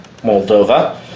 Moldova